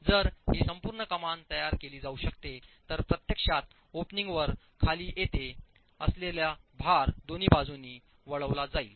जर ही संपूर्ण कमान तयार केली जाऊ शकते तर प्रत्यक्षात ओपनिंगवर खाली येत असलेला भार दोन बाजूंनी वळविला जाईल